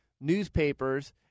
newspapers